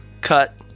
cut